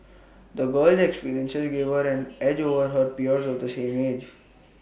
the girl's experiences gave her an edge over her peers of the same age